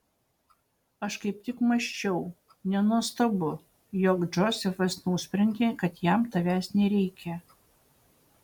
aš kaip tik mąsčiau nenuostabu jog džozefas nusprendė kad jam tavęs nereikia